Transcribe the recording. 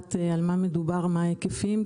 לדעת על מה מדובר ומהם ההיקפים,